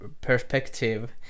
perspective